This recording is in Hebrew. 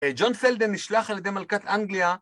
ג'ון סלדה נשלח על ידי מלכת אנגליה